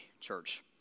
church